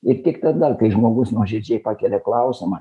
ir tik tada kai žmogus nuoširdžiai pakelia klausimą